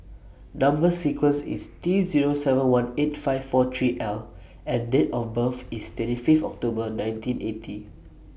Number sequence IS T Zero seven one eight five four three L and Date of birth IS twenty five October nineteen eighty